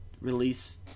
release